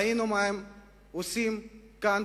ראינו מה הם עושים כאן,